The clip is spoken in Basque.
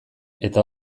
eta